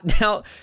Now